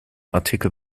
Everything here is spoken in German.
artikel